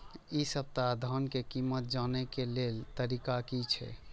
इ सप्ताह धान के कीमत जाने के लेल तरीका की छे?